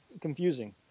confusing